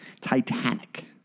Titanic